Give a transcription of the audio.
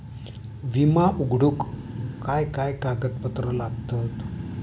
विमो उघडूक काय काय कागदपत्र लागतत?